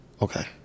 Okay